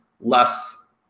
less